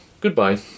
Goodbye